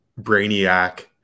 brainiac